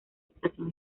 estación